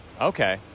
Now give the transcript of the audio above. Okay